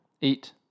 eat